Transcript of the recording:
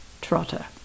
Trotter